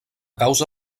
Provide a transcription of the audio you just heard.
causa